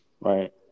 Right